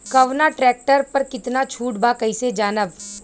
कवना ट्रेक्टर पर कितना छूट बा कैसे जानब?